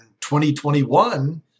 2021